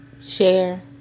Share